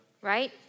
right